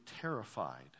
terrified